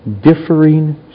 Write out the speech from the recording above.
differing